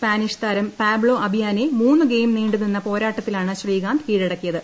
Spanish താരം Pablo അബിയാനെ മൂന്നു ഗെയിം നീണ്ടു നിന്ന പോരാട്ടത്തിലാണ് ശ്രീകാന്ത് കീഴടക്കിയത്